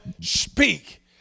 speak